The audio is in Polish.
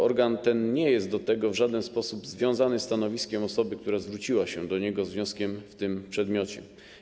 Organ ten nie jest do tego w żaden sposób związany stanowiskiem osoby, która zwróciła się do niego z wnioskiem w tym przedmiocie.